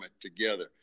together